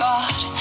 God